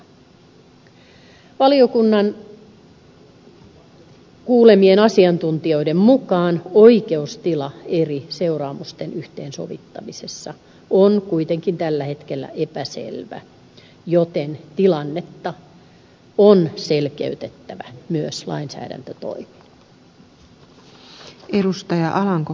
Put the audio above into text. valiokunnan kuulemien asiantuntijoiden mukaan oikeustila eri seuraamusten yhteensovittamisessa on kuitenkin tällä hetkellä epäselvä joten tilannetta on selkeytettävä myös lainsäädäntötoimin